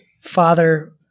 Father